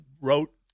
wrote